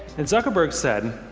and zuckerberg said,